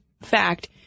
fact